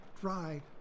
dry